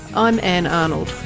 i'm ann arnold